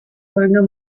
folgender